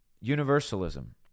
Universalism